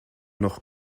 noch